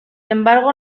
embargo